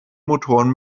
motoren